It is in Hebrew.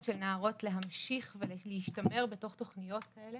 של נערות להשתפר בתוך תוכניות כאלה